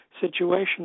situation